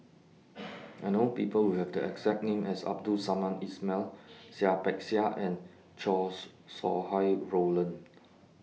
I know People Who Have The exact name as Abdul Samad Ismail Seah Peck Seah and Chow Sau Hai Roland